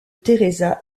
teresa